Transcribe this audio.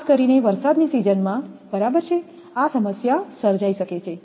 ખાસ કરીને વરસાદની સીઝનમાં બરાબર આ સમસ્યા સર્જી શકે છે